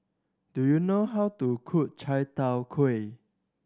do you know how to cook Chai Tow Kuay